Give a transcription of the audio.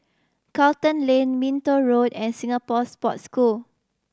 Charlton Lane Minto Road and Singapore Sports School